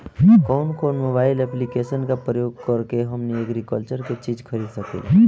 कउन कउन mobile application का प्रयोग करके हम एग्रीकल्चर के चिज खरीद सकिला?